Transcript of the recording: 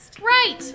Right